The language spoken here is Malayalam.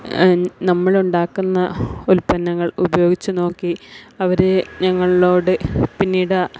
നമ്മൾ ഉണ്ടാക്കുന്ന ഉൽപ്പന്നങ്ങൾ ഉപയോഗിച്ച് നോക്കി അവരെ ഞങ്ങളോട് പിന്നീട്